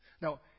Now